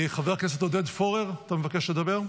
חבר הכנסת עודד פורר, אתה מבקש לדבר?